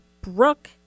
Brooke